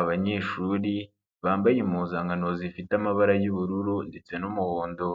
Abanyeshuri bambaye impuzankan zifite amabara y'ubururu ndetse n'umuhondo,